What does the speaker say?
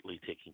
taking